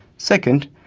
second,